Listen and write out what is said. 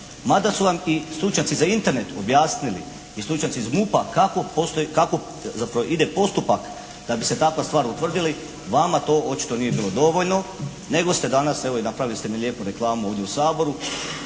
Mada su vam i stručnjaci za Internet objasnili i stručnjaci iz MUP-a kako zapravo ide postupak da bi se takva stvar utvrdili. Vama to očito nije bilo dovoljno. Nego ste danas, evo i napravili ste mi lijepu reklamu ovdje u Saboru